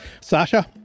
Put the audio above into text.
Sasha